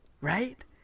right